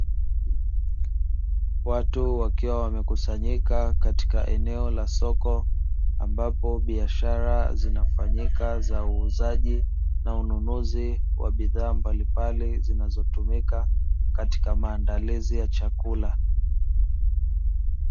Watu wakiwa wamekusanyika katika eneo la soko, ambapo biashara zinafanyika za uuzaji na ununuzi wa bidhaa mbalimbali zinazotumika katika maandalizi ya chakula.